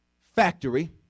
factory